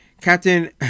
Captain